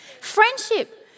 friendship